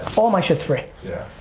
all my shit's free. yeah,